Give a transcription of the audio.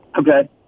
Okay